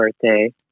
birthday